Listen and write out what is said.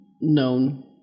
known